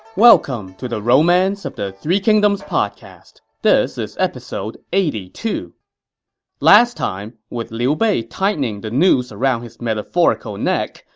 welcome to the romance of the three kingdoms podcast. this is episode eighty two point last time, with liu bei tightening the noose around his metaphorical neck,